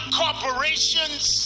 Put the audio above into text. corporations